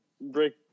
Break